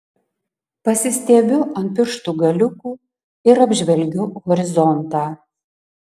pasistiebiu ant pirštų galiukų ir apžvelgiu horizontą